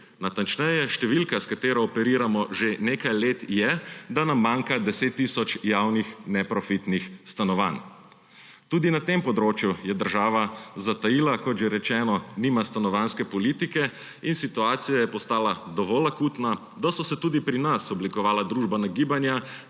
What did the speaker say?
Natančneje, številka, s katero operiramo že nekaj let, je, da nam manjka 10 tisoč javnih neprofitnih stanovanj. Tudi na tem področju je država zatajila, kot že rečeno nima stanovanjske politike in situacija je postala dovolj akutna, da so se tudi pri nas oblikovala družbena gibanja,